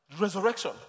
resurrection